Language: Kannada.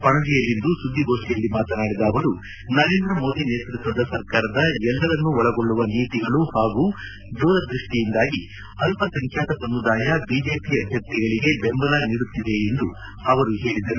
ಪಣಜಿಯಲ್ಲಿಂದು ಸುದ್ದಿಗೋಷ್ಟಿಯಲ್ಲಿ ಮಾತನಾಡಿದ ಅವರು ನರೇಂದ್ರ ಮೋದಿ ನೇತೃತ್ವದ ಸರ್ಕಾರದ ಎಲ್ಲರನ್ನೂ ಒಳಗೊಳ್ಳುವ ನೀತಿಗಳು ಹಾಗೂ ದೂರದೃಷ್ಷಿಯಿಂದಾಗಿ ಅಲ್ಲಸಂಖ್ಯಾತ ಸಮುದಾಯ ಬಿಜೆಪಿ ಅಭ್ಯರ್ಥಿಗಳಿಗೆ ಬೆಂಬಲ ನೀಡುತ್ತಿದೆ ಎಂದು ಅವರು ಹೇಳಿದರು